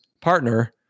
partner